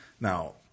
Now